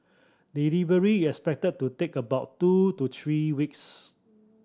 delivery is expected to take about two to three weeks